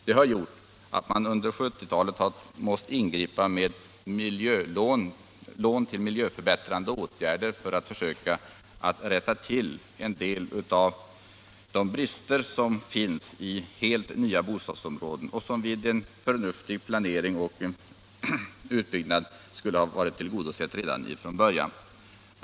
Det har gjort att man under 1970-talet måst ingripa med miljölån, lån till miljöförbättrande åtgärder, för att försöka rätta till en del av de brister som finns i helt nya bostadsområden. Det gäller behov som vid en förnuftig planering och utbyggnad skulle ha varit tillgodosedda redan från början.